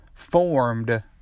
Formed